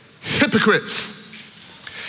Hypocrites